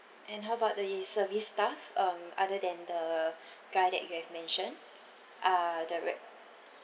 and how about the service staff um other than the guy that you have mentioned uh the re~